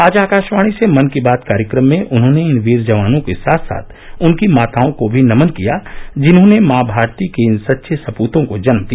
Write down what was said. आज आकाशवाणी से मन की बात कार्यक्रम में उन्होंने इन वीर जवानों के साथ साथ उनकी माताओं को भी नमन किया जिन्होंने मां भारती के इन सच्चे सपूतों को जन्म दिया